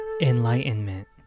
Enlightenment